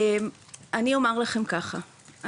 אני אומר לכם ככה,